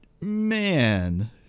man